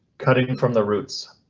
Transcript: cutting from the roots.